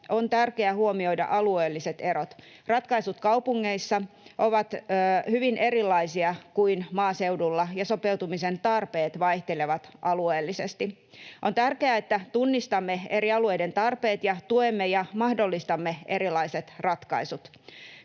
on tärkeä huomioida alueelliset erot. Ratkaisut kaupungeissa ovat hyvin erilaisia kuin maaseudulla ja sopeutumisen tarpeet vaihtelevat alueellisesti. On tärkeää, että tunnistamme eri alueiden tarpeet ja tuemme ja mahdollistamme erilaiset ratkaisut.